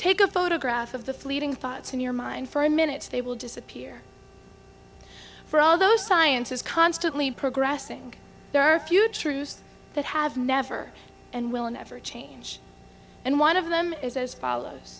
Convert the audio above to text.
take a photograph of the fleeting thoughts in your mind for in minutes they will disappear for all those sciences constantly progressing there are a few truths that have never and will never change and one of them is as follows